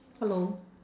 hello